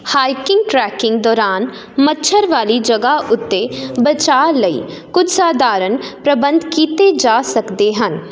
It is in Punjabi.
ਹਾਈਕਿੰਗ ਟਰੈਕਿੰਗ ਦੌਰਾਨ ਮੱਛਰ ਵਾਲੀ ਜਗ੍ਹਾ ਉੱਤੇ ਬਚਾਅ ਲਈ ਕੁੱਝ ਸਾਧਾਰਣ ਪ੍ਰਬੰਧ ਕੀਤੇ ਜਾ ਸਕਦੇ ਹਨ